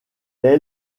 est